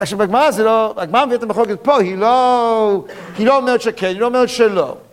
עכשיו הגמרא זה לא, הגמרא מביאה את המחלקת פה, היא לא, היא לא אומרת שכן, היא לא אומרת שלא.